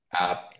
app